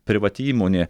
privati įmonė